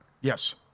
Yes